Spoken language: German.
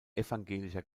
evangelischer